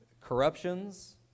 corruptions